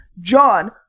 John